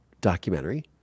documentary